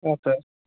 আচ্ছা